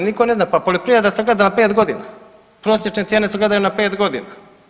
Niko ne zna, pa poljoprivreda se gleda na pet godina, prosječne cijene se gledaju na pet godina.